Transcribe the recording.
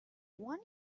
one